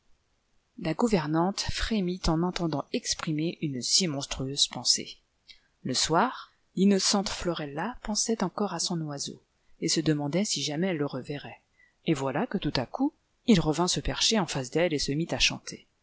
la gouvernante frémit en entendant exprimer une si monstrueuse pensée le soir l'innocente florella pensait encore à son oiseau et se demandait si jamais elle le reverrait et voilà que tout à coup il revint se percher en face d'elle et se mit à chanter